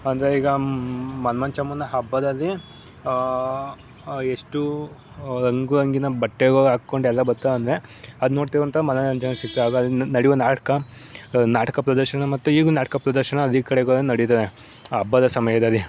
ಅಂದರೆ ಈಗ ಮನ್ಮಂಚಮ್ಮನ ಹಬ್ಬದಲ್ಲಿ ಎಷ್ಟೂ ರಂಗು ರಂಗಿನ ಬಟ್ಟೆಗಳು ಹಾಕ್ಕೊಂಡು ಎಲ್ಲ ಬರ್ತಾರೆಂದ್ರೆ ಅದು ನೋಡ್ತೇವಂತ ಮನೋರಂಜನೆ ಸಿಗ್ತದೆ ಅದು ಅಲ್ಲಿ ನಡೆಯುವ ನಾಟಕ ನಾಟಕ ಪ್ರದರ್ಶನ ಮತ್ತು ಈಗ್ಲೂ ನಾಟಕ ಪ್ರದರ್ಶನ ಅಲ್ಲಿ ಕಡೆಗೂವೆ ನಡಿತದೆ ಹಬ್ಬದ ಸಮಯದಲ್ಲಿ